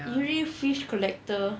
usually fish collector